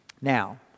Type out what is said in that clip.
Now